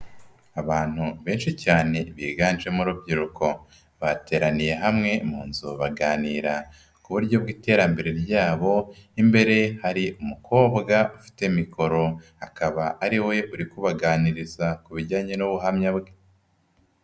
Abantu benshi cyane biganjemo urubyiruko, bateraniye hamwe mu nzu baganira ku buryo bw'iterambere ryabo, imbere hari umukobwa ufite mikoro, akaba ari we uri kubaganiriza ku bijyanye n'ubuhamya bwe.